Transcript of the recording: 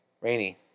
Rainy